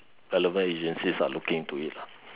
relevant agencies are looking into it lah